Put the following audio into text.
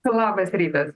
labas rytas